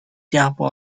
chapel